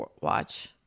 watch